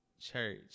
church